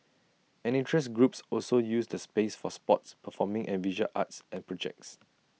and interest groups also use the space for sports performing and visual arts and projects